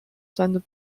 seine